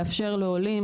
לאפשר לעולים,